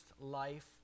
life